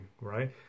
right